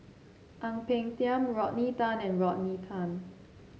Ang Peng Tiam Rodney Tan and Rodney Tan